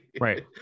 right